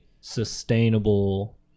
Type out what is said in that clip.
sustainable